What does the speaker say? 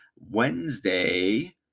Wednesday